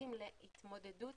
הטכנולוגיים להתמודדות